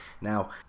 Now